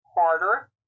harder